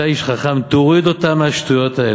אצלכם דווקא ראיתי תוצאות לא